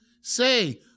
say